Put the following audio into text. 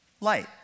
light